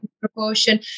proportion